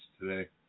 today